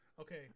Okay